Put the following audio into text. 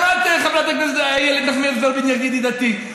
גם את, חברת הכנסת איילת נחמיאס ורבין, ידידתי.